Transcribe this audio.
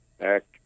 act